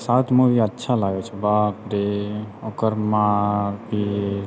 shark movie अच्छा लागै छै बापरे ओकर मारि पीट